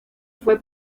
fue